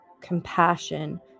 compassion